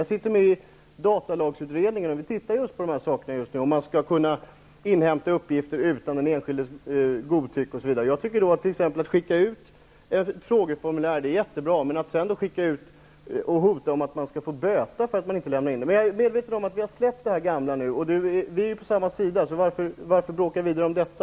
Jag sitter med i datalagsutredningen, och vi tittar just på de här frågorna, om man skall kunna inhämta uppgifter utan den enskildes godkännande, osv. Att skicka ut ett frågeformulär är jättebra, men kan man sedan hota med att folk skall få böta om de inte lämnar in det? Jag är medveten om att vi nu har släppt det gamla. Vi är ju dessutom på samma sida, så varför bråka vidare om detta?